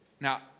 Now